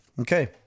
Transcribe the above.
Okay